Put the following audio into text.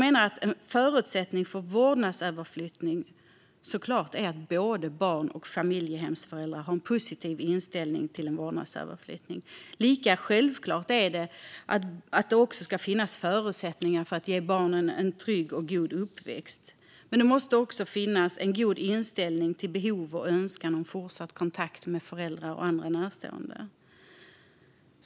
En förutsättning för vårdnadsöverflyttning är såklart att både barn och familjehemsföräldrar har en positiv inställning till en vårdnadsöverflyttning. Lika självklart är att det ska finnas förutsättningar för att ge barnet en trygg och god uppväxt. Men det måste också finnas en god inställning till behovet av och en önskan om fortsatt kontakt med föräldrar och andra närstående.